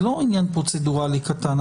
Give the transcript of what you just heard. זה לא עניין פרוצדורלי קטן.